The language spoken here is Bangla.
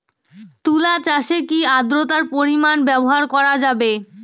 তুলা চাষে কি আদ্রর্তার পরিমাণ ব্যবহার করা যাবে?